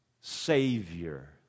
Savior